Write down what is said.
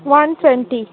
one twenty